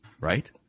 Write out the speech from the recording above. right